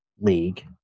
league